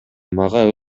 мага